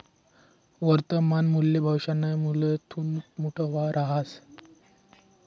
वर्तमान मूल्य भविष्यना मूल्यथून मोठं रहास